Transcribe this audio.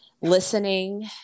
listening